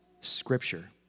Scripture